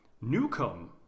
Newcomb